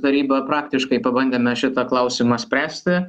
taryba praktiškai pabandėme šitą klausimą spręsti